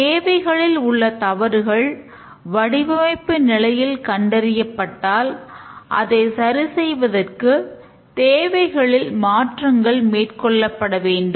தேவைகளில் உள்ள தவறுகள் வடிவமைப்பு நிலையில் கண்டறியப்பட்டால் அதை சரி செய்வதற்காக தேவைகளில் மாற்றங்கள் மேற்கொள்ளப்பட வேண்டும்